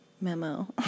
memo